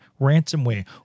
ransomware